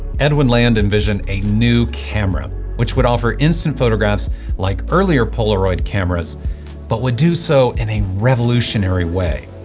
edwin land envisioned a new camera which would offer instant photographs like earlier polaroid cameras but would do so in a revolutionary way.